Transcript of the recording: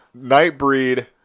Nightbreed